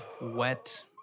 wet